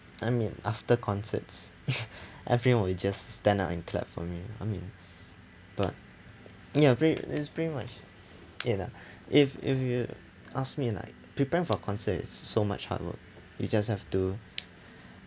I mean after concerts everyone will just stand up and clap for me I mean but ya pre~ is pretty much it lah if if you ask me like preparing for concerts is so much hard work you just have to